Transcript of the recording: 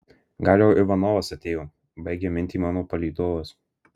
gal jau ivanovas atėjo baigia mintį mano palydovas